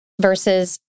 Versus